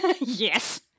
Yes